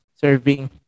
serving